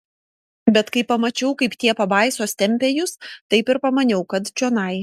bet kai pamačiau kaip tie pabaisos tempia jus taip ir pamaniau kad čionai